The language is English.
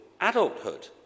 adulthood